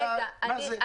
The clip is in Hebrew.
מה זה?